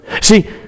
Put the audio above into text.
See